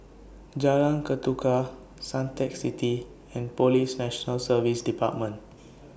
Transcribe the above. Jalan Ketuka Suntec City and Police National Service department